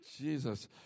Jesus